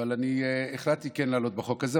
אבל החלטתי כן לעלות בחוק הזה.